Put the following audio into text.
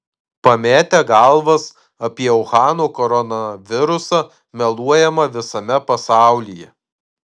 pametę galvas apie uhano koronavirusą meluojama visame pasaulyje